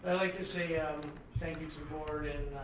and like to say um thank you to the board and